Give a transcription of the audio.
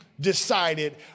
decided